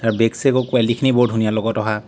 তাৰ বেগ চেগৰ কুৱালিটিখিনি বহুত ধুনীয়া লগত অহা